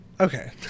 Okay